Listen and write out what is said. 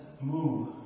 move